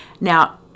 Now